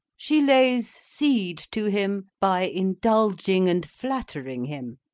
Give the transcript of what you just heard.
she lays siege to him by indulging and flattering him.